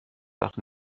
وقت